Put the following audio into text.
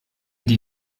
die